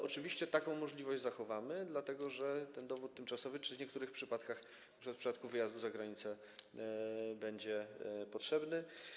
Oczywiście taką możliwość zachowamy, dlatego że ten dowód tymczasowy w niektórych przypadkach, np. w przypadku wyjazdu za granicę, będzie potrzebny.